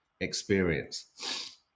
experience